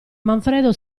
manfredo